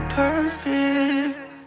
perfect